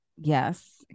Yes